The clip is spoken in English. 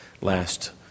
last